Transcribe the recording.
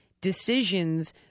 decisions